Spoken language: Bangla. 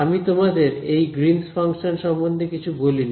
আমি তোমাদের এই গ্রীনস ফাংশন সম্বন্ধে কিছু বলিনি